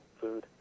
food